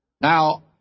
Now